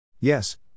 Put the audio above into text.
Yes